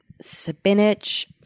Spinach